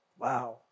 Wow